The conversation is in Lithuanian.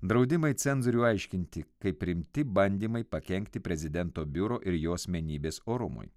draudimai cenzorių aiškinti kaip rimti bandymai pakenkti prezidento biuro ir jo asmenybės orumui